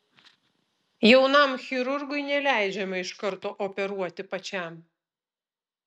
jaunam chirurgui neleidžiama iš karto operuoti pačiam